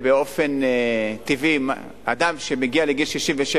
באופן טבעי: אדם שמגיע לגיל 67,